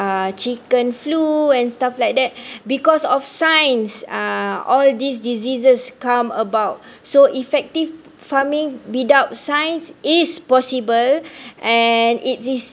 uh chicken flu and stuff like that because of science uh all these diseases come about so effective farming without science is possible and it's